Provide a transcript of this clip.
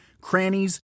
crannies